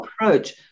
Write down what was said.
approach